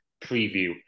preview